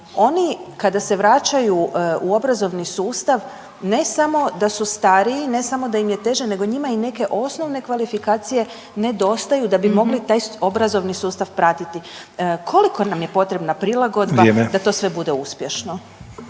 oni kada se vraćaju u obrazovni sustav ne samo da su stariji, ne samo da im je teže nego njima i neke osnovne kvalifikacije nedostaju da bi mogli taj obrazovni sustav pratiti. Koliko nam je potrebna prilagodba …/Upadica: Vrijeme./…